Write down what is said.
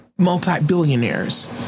multi-billionaires